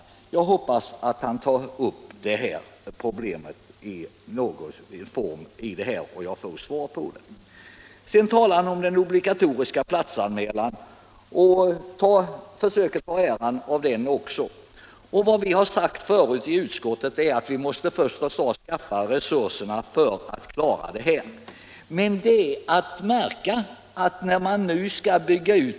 Jag hoppas att han i någon form tar upp och besvarar dessa frågor. Sedan talade arbetsmarknadsministern om den obligatoriska platsanmälan och försökte ta åt sig äran för den också. Vad vi har sagt tidigare i utskottet är att vi först måste skaffa resurser för att ta emot ifrågavarande platsanmälningar.